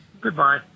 Goodbye